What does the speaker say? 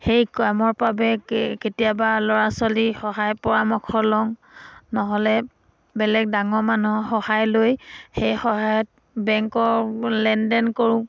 সেই কামৰ বাবে কে কেতিয়াবা ল'ৰা ছোৱালীৰ সহায় পৰামৰ্শ লওঁ নহ'লে বেলেগ ডাঙৰ মানুহৰ সহায় লৈ সেই সহায়ত বেংকৰ লেনদেন কৰোঁ